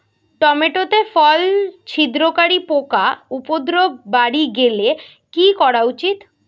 Tomato তে ফল ছিদ্রকারী পোকা উপদ্রব বাড়ি গেলে কি করা উচিৎ?